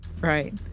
right